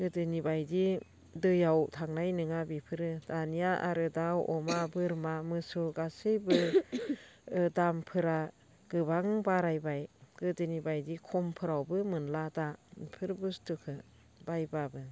गोदोनि बायदि दैयाव थांनाय नङा बेफोरो दानिया आरो दाउ अमा बोरमा मोसौ गासैबो दामफोरा गोबां बारायबाय गोदोनि बायदि खमफोरावबो मोनला दा बेफोर बुस्तुखौ बायबाबो